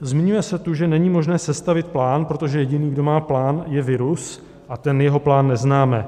Zmiňuje se tu, že není možné sestavit plán, protože jediný, kdo má plán, je virus a ten jeho plán neznáme.